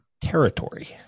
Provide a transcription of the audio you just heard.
territory